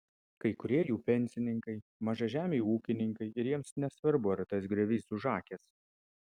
kai kurie jų pensininkai mažažemiai ūkininkai ir jiems nesvarbu ar tas griovys užakęs